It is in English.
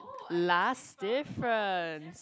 last different